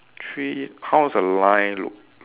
three how's the line look